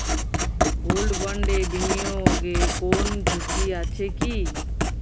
Gold বন্ডে বিনিয়োগে কোন ঝুঁকি আছে কি?